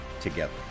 together